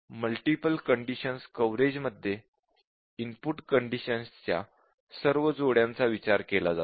multiple conditions कव्हरेजमध्ये input कंडिशन्सच्या सर्व संभाव्य जोड्यांचा विचार केला जातो